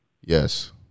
Yes